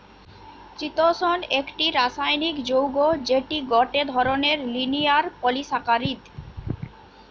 চিতোষণ একটি রাসায়নিক যৌগ্য যেটি গটে ধরণের লিনিয়ার পলিসাকারীদ